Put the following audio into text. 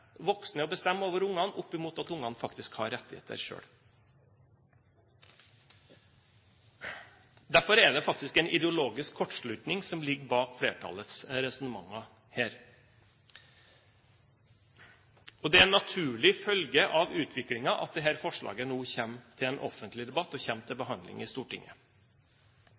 over barna opp mot at ungene faktisk har rettigheter selv. Derfor er det faktisk en ideologisk kortslutning som ligger bak flertallets resonnementer her. Det er en naturlig følge av utviklingen at dette forslaget nå kommer til offentlig debatt, og kommer til behandling i Stortinget.